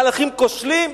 מהלכים כושלים?